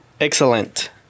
excellent